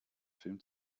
film